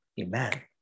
Amen